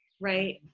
right?